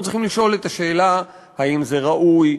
אנחנו צריכים לשאול את השאלה האם זה ראוי,